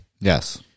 Yes